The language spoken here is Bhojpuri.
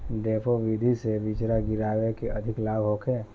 डेपोक विधि से बिचरा गिरावे से अधिक लाभ होखे?